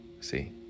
See